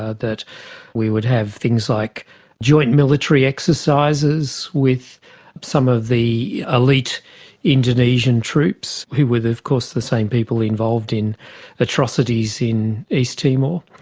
ah that we would have things like joint military exercises with some of the elite indonesian troops, who were of course the same people involved in atrocities in east timor.